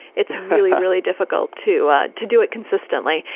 it's really, really difficult to to do it consistently.